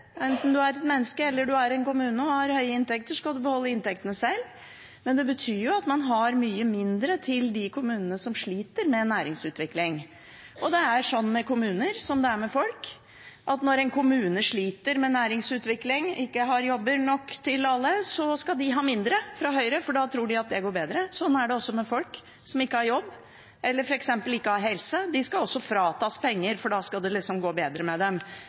enten du er et menneske eller en kommune og har høye inntekter, skal du beholde inntektene selv. Men det betyr at man har mye mindre til de kommunene som sliter med næringsutvikling, og det er med kommuner som det er med folk: Når en kommune sliter med næringsutvikling, ikke har jobber nok til alle, skal de ha mindre fra Høyre, for da tror de at det går bedre. Sånn er det også med folk som f.eks. ikke har jobb eller helse – de skal også fratas penger, for da skal det liksom gå bedre med dem.